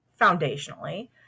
foundationally